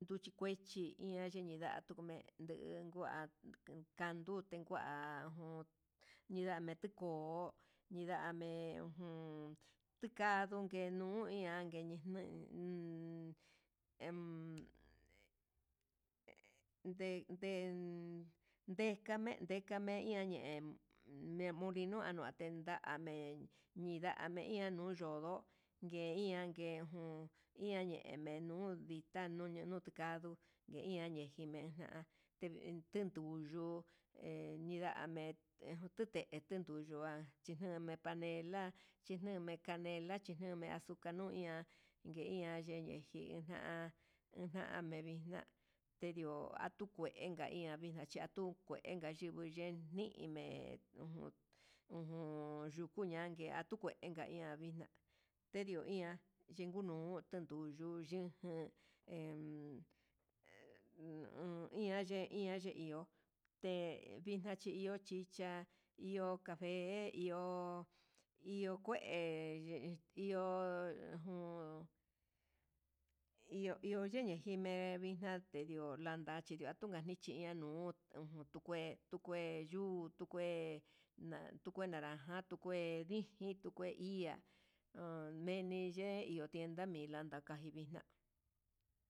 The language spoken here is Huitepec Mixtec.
Nuchi kuechi iha chinendua ngue dingua kanduten, ngua jun nindame tuko ñame ujun nga ngungue nuu aiangueñe en e nde ndekame dekameian nde nuninua ndaté, ndame ñindame ihá nuyo'o ngue ian ngué he jun iha ñeme'e uun vita nuñotikadu, nguñamen jineja té tenduyo he ningame'e he tunde tenduyuan chinuna panala neme canela chinua deme axu iha, nguiña yeyi njí na uname vixna tendio atukuenka iha vixna chi atuu ngue yimi ye'e nime ujun yukuña atukuenka iha vixna tendio ian, yingui ño'o tenduu yuyujan en e ye iha ye iho te vixna che iho chicha cafe iho, iho kueye iho jun iho iho yenekui jime yalendio la'a lanka chinituva ninchí chinia nuu ujun tukué tukue yuu tukue na'a, kue naranja tukué diji tu kue iha ho veni ye'e iho tienda milanda kaixmina'a.